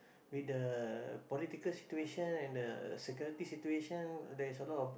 with the political situation and the security situation there's a lot of